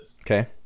Okay